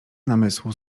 namysłu